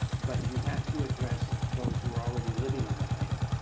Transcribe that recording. but you have to address those who are already living on the land.